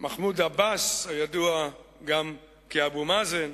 מחמוד עבאס, הידוע גם כאבו מאזן,